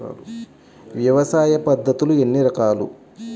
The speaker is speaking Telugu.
వ్యవసాయ పద్ధతులు ఎన్ని రకాలు?